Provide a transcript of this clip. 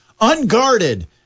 Unguarded